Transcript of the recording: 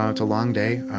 ah it's a long day.